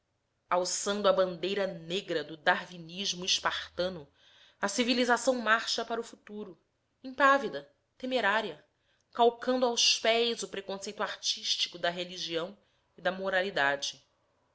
alcançando a bandeira negra do darwinismo espartano a civilização marcha para o futuro impávida temerária calcando aos pés o preconceito artístico da religião e da moralidade